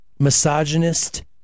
misogynist